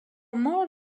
more